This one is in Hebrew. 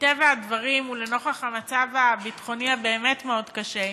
מטבע הדברים ולנוכח המצב הביטחוני הבאמת-מאוד-קשה,